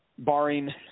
Barring